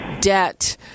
debt